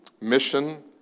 Mission